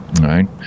right